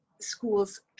schools